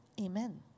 Amen